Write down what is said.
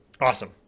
Awesome